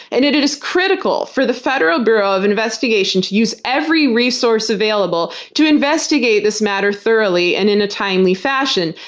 and it it is critical for the federal bureau of investigation to use every resource available to investigate this matter thoroughly and in a timely fashion.